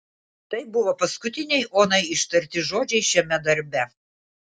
tai buvo paskutiniai onai ištarti žodžiai šiame darbe